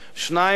ב.